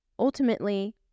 Ultimately